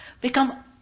become